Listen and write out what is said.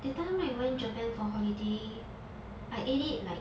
that time I went japan for holiday I ate it like